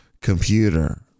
computer